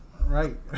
right